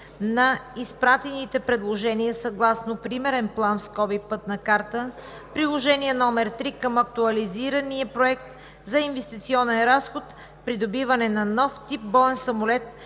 на изпратените предложения съгласно Примерен план (Пътна карта) – Приложение № 3 към Актуализирания проект за инвестиционен разход „Придобиване на нов тип боен самолет“,